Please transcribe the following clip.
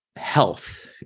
health